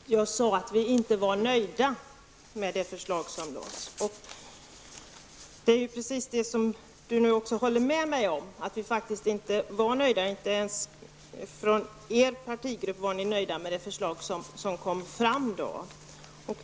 Herr talman! Det jag sade var att vi i miljöpartiet inte var nöjda med det förslag som lades fram. Det är precis detta som Grethe Lundblad nu håller med mig om. Inte ens i den socialdemokratiska partigruppen var ni nöjda med det förslag som lades fram.